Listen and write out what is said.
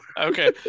okay